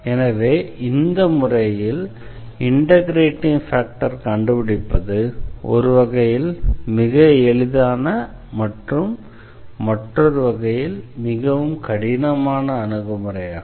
எனவே இந்த முறையில் இண்டெக்ரேட்டிங் ஃபேக்டரை கண்டுபிடிப்பது ஒரு வகையில் மிக எளிதான மற்றும் மற்றொரு வகையில் மிகவும் கடினமான அணுகுமுறையாகும்